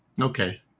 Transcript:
Okay